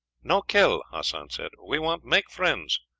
no kill, hassan said. we want make friends.